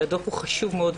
שהדוח הזה חשוב מאוד.